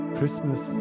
Christmas